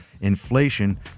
Inflation